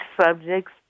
subjects